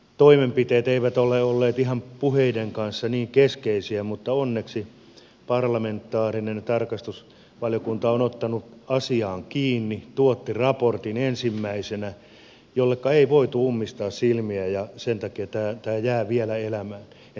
toimenpiteet eivät ole olleet ihan puheiden kanssa niin keskeisiä mutta onneksi parlamentaarinen tarkastusvaliokunta on ottanut asiaan kiinni tuotti raportin ensimmäisenä jolle ei voitu ummistaa silmiä ja sen takia tämä jää vielä elämään